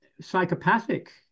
psychopathic